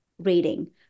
rating